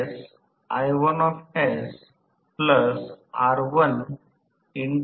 जे चित्रित केल्यास त्या टॉर्क स्लिप वैशिष्ट्य मिळते